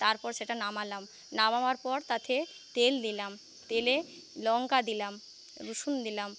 তারপর সেটা নামালাম নামাবার পর তাতে তেল দিলাম তেলে লংকা দিলাম রসুন দিলাম